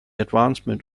advancement